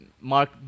Mark